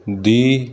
ਦੀ